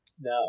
no